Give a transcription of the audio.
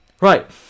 right